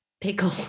pickle